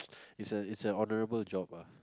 it's an it's an honorable job ah